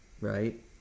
right